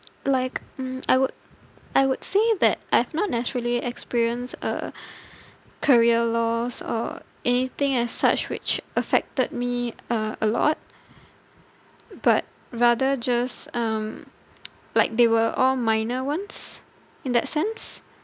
like mm I would I would say that I have not naturally experience a career loss or anything as such which affected me uh a lot but rather just um like they were all minor ones in that sense